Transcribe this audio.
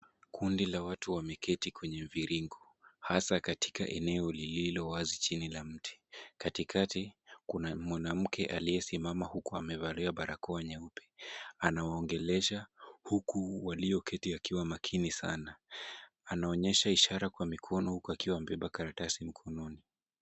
Kundi la watu wameketi kwenye mviringo, hasa katika eneo lililo wazi chini ya mti, katikati, kuna mwanamke aliyesimama huku amevalia barakoa nyeupe, ana waongelesha, huku walioketi wakiwa makini sana, anaonyesha ishara kwa mikono huku akiwa amebeba karatasi mkononi.